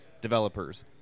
developers